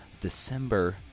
December